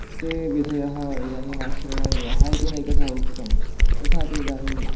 ते विधयः इदानीम् आश्रयणीयाः इति नैकधा उक्तं तथापि इदानीं